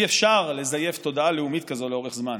אי-אפשר לזייף תודעה לאומית כזאת לאורך זמן.